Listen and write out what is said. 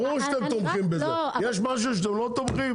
ברור שאתם תומכים בזה, יש משהו שאתם לא תומכים?